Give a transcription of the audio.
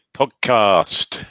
podcast